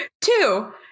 Two